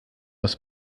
aus